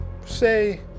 Say